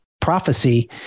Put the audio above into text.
prophecy